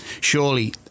surely